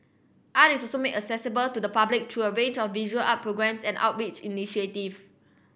art is also made accessible to the public through a range of visual up programmes and outreach initiative